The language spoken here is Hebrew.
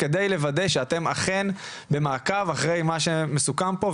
כדי לוודא שאתם אכן במעקב אחרי מה שמסוכם פה,